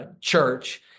church